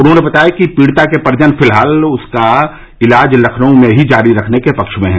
उन्होंने बताया कि पीड़िता के परिजन फिलहाल उनका इलाज लखनऊ में ही जारी रखने के पक्ष में है